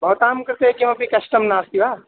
भवतां कृते किमपि कष्टं नास्ति वा